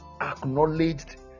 acknowledged